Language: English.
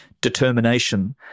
determination